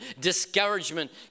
discouragement